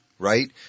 right